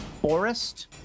forest